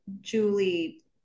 Julie